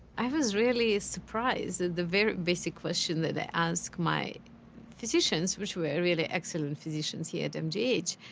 i was really surprised that the very basic question that i ask my physicians, which were really excellent physicians here at mgh,